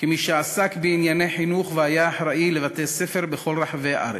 כמי שעסק בענייני חינוך והיה אחראי לבתי-ספר בכל רחבי הארץ,